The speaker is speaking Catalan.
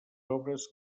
obres